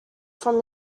from